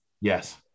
Yes